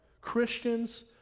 Christians